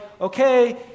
okay